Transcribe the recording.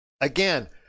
Again